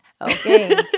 Okay